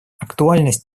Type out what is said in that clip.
актуальность